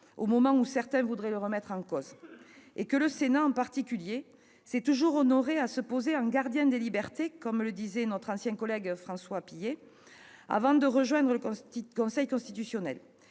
au moment où certains voudraient la mettre en question. Le Sénat, en particulier, s'est toujours honoré à se poser en « gardien des libertés », comme le disait notre ancien collègue François Pillet avant de rejoindre le Conseil constitutionnel.